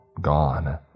gone